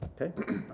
Okay